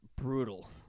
brutal